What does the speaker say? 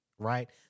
Right